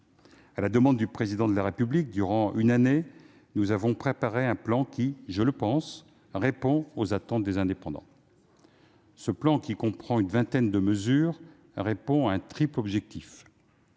À la demande du Président de la République, nous avons préparé, durant une année, un plan qui, je le pense, répond aux attentes des indépendants. Ce plan, qui comprend une vingtaine de mesures, répond à un triple objectif